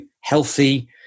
healthy